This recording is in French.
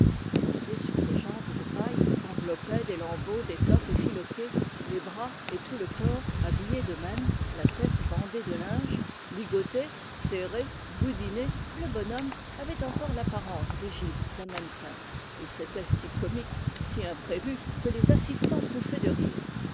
planté sur ses jambes de paille qu'enveloppaient des lambeaux d'étoffe effiloqués les bras et tout le corps habillés de même la tête bandée de linge ligoté serré boudiné le bonhomme avait encore l'apparence rigide d'un mannequin et c'était si comique si imprévu que les assistants pouffaient de rire